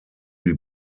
die